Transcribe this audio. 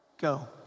Go